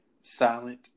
silent